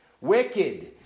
Wicked